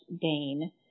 dane